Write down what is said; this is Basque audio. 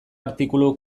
artikulu